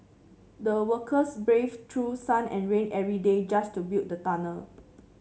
the workers braved through sun and rain every day just to build the tunnel